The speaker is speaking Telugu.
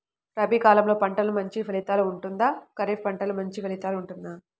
రబీ కాలం పంటలు మంచి ఫలితాలు ఉంటుందా? ఖరీఫ్ పంటలు మంచి ఫలితాలు ఉంటుందా?